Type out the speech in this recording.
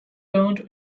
turned